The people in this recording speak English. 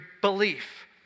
belief